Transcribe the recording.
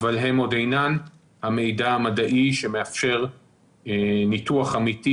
אבל הן עוד אינן המידע המדעי שמאפשר ניתוח אמיתי